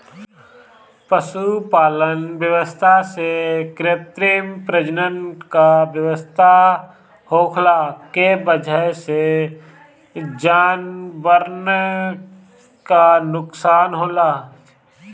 पशुपालन व्यवस्था में कृत्रिम प्रजनन क व्यवस्था होखला के वजह से जानवरन क नोकसान होला